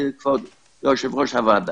כבוד יושב-ראש הוועדה.